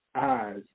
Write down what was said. eyes